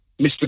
Mr